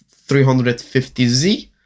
350Z